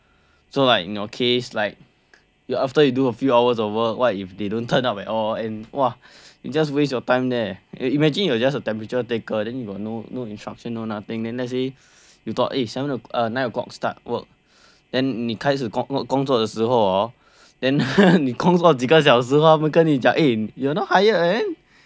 so like in your case like you after you do a few hours over work what if they don't turn up at all and !wah! you just waste your time there imagine you're just a temperature taker then you got no no instruction no nothing then let's say you thought eh seven nine o'clock start work and 你开始工作的时侯 then 你工作几个小时后他们跟你讲 eh you are not hired man